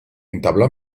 entabló